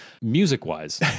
Music-wise